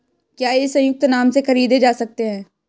क्या ये संयुक्त नाम से खरीदे जा सकते हैं?